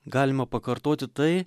galima pakartoti tai